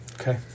Okay